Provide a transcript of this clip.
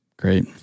Great